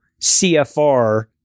CFR